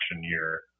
year